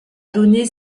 donne